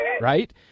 right